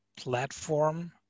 platform